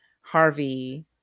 Harvey